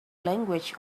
language